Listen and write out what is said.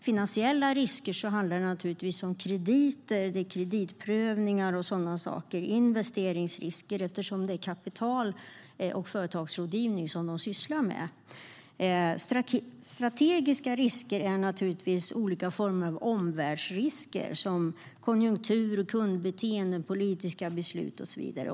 Finansiella risker handlar naturligtvis om krediter, kreditprövningar, investeringsrisker och sådant, eftersom Almi sysslar med kapital och företagsrådgivning. Strategiska risker är naturligtvis olika former av omvärldsrisker såsom konjunktur, kundbeteende, politiska beslut och så vidare.